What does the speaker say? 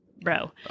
bro